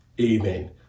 Amen